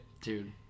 Dude